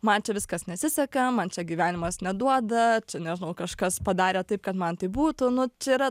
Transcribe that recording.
man čia viskas nesiseka man čia gyvenimas neduoda nežinau kažkas padarė taip kad man tai būtų nuo čia yra